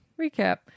recap